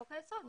חוק היסוד.